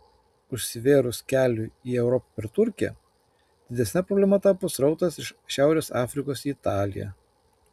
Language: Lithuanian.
užsivėrus keliui į europą per turkiją didesne problema tapo srautas iš šiaurės afrikos į italiją